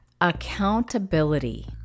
accountability